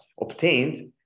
obtained